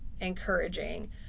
encouraging